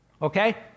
Okay